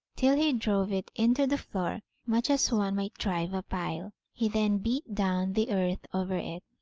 till he drove it into the floor, much as one might drive a pile he then beat down the earth over it.